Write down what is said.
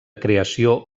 creació